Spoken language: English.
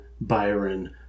Byron